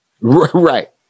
Right